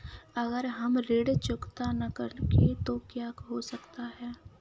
अगर हम ऋण चुकता न करें तो क्या हो सकता है?